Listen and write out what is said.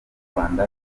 rwanda